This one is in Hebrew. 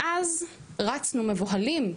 ואז רצנו מבוהלים.